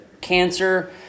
cancer